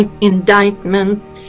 indictment